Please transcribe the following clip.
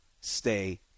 stay